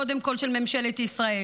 קודם כול של ממשלת ישראל.